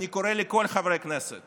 אני קורא לכל חברי הכנסת